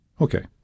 Okay